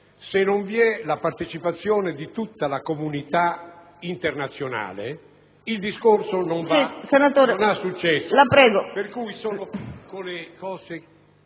se non vi è la partecipazione di tutta la comunità internazionale il discorso non può avere successo.